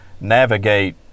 navigate